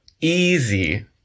easy